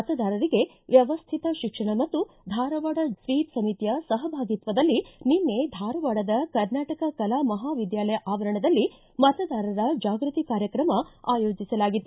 ಮತದಾರರಿಗೆ ವ್ಯವ್ಯಕ್ತ ಶಿಕ್ಷಣ ಮತ್ತು ಧಾರವಾಡ ಸ್ವೀಷ್ ಸಮಿತಿಯ ಸಹಭಾಗಿತ್ವದಲ್ಲಿ ನಿನ್ನೆ ಧಾರವಾಡದ ಕರ್ನಾಟಕ ಕಲಾ ಮಹಾವಿದ್ದಾಲಯ ಆವರಣದಲ್ಲಿ ಮತದಾರರ ಜಾಗೃತಿ ಕಾರ್ಯಕ್ರಮ ಆಯೋಜಿಸಲಾಗಿತ್ತು